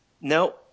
No